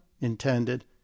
intended